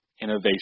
innovation